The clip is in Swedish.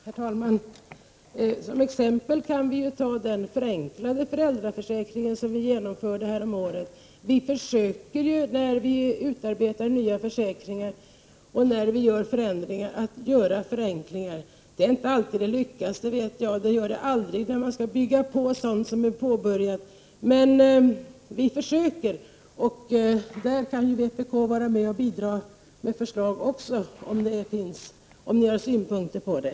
Herr talman! Som exempel kan vi ta den förenklade föräldraförsäkringen, som genomfördes härom året. Vi försöker att göra förenklingar när vi utarbetar nya försäkringar och vidtar förändringar. Jag vet att detta inte alltid lyckas, och man lyckas aldrig när man skall bygga vidare på sådant som redan är påbörjat. Men vi försöker i alla fall, och även vpk kan bidra med förslag i det arbetet.